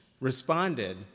responded